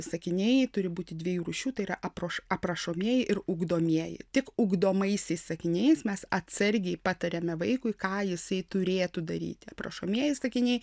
sakiniai turi būti dviejų rūšių tai yra aproš aprašomieji ir ugdomieji tik ugdomaisiais sakiniais mes atsargiai patariame vaikui ką jisai turėtų daryti aprašomieji sakiniai